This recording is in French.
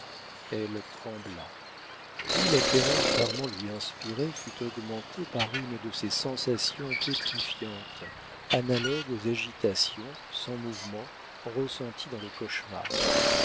elle trembla puis la terreur qu'armand lui inspirait fut augmentée par une de ces sensations pétrifiantes analogues aux agitations sans mouvement ressenties dans le cauchemar